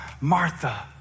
Martha